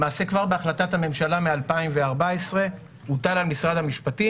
למעשה כבר בהחלטת הממשלה מ-2014 הוטל על משרד המשפטים